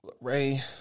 Ray